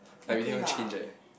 I really want change eh